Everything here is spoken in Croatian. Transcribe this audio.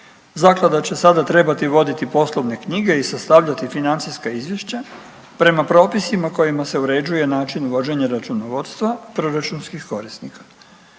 „Zaklada će sada trebati voditi poslovne knjige i sastavljati financijska izvješća prema propisima kojima se uređuje način i vođenje računovodstva proračunskih korisnika.“